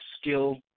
skill